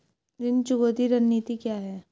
ऋण चुकौती रणनीति क्या है?